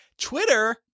Twitter